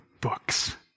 books